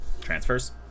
transfers